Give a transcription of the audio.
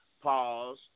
pause